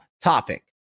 topic